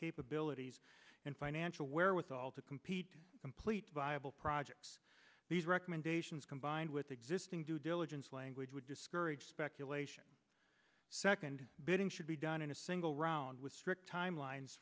capabilities and finance the wherewithal to compete complete viable projects these recommendations combined with existing due diligence language would discourage speculation second bidding should be done in a single round with strict timelines